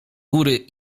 góry